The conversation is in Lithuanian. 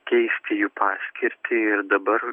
keisti jų paskirtį ir dabar